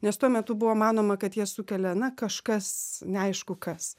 nes tuo metu buvo manoma kad jas sukelia na kažkas neaišku kas